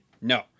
No